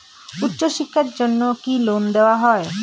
উচ্চশিক্ষার জন্য কি লোন দেওয়া হয়?